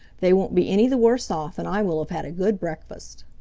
they won't be any the worse off, and i will have had a good breakfast.